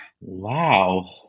Wow